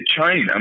China